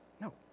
No